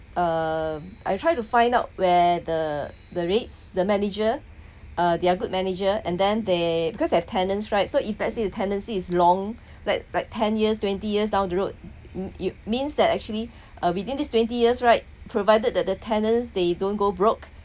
um I'll try to find out where the the REITs the manager uh their good manager and then they because they've tenants right so if let's say if tenancy is long like like ten years twenty years down the road you you means that actually uh within these twenty years right provided that the tenants they don't go broke